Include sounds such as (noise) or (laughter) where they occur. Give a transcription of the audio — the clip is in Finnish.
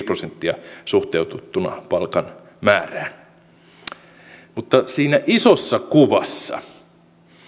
(unintelligible) prosenttia suhteutettuna palkan määrään mutta siinä isossa kuvassa